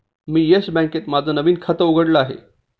मी Yes बँकेत माझं नवीन खातं उघडलं आहे